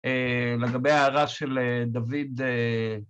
לגבי ההערה של דוד...